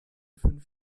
fünf